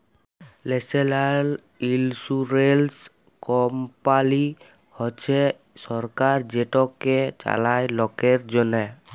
national insurance company হছে সরকার যেটকে চালায় লকের জ্যনহে